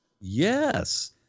Yes